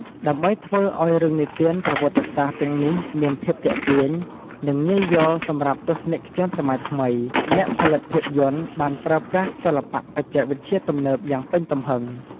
ដើម្បីធ្វើឲ្យរឿងនិទានប្រវត្តិសាស្ត្រទាំងនេះមានភាពទាក់ទាញ និងងាយយល់សម្រាប់ទស្សនិកជនសម័យថ្មី អ្នកផលិតភាពយន្តបានប្រើប្រាស់សិល្បៈបច្ចេកវិទ្យាទំនើបយ៉ាងពេញទំហឹង។